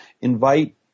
invite